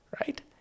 Right